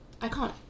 iconic